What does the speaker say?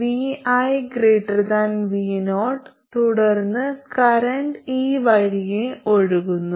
vi vo തുടർന്ന് current ഈ വഴിയേ ഒഴുകുന്നു